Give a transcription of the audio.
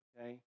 okay